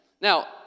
Now